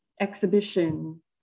exhibition